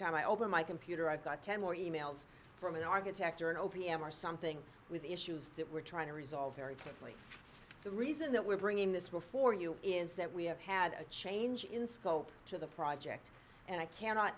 time i open my computer i've got ten more e mails from an architect or in o p m or something with the issues that we're trying to resolve very quickly the reason that we're bringing this war for you is that we have had a change in scope to the project and i cannot